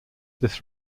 this